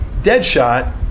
Deadshot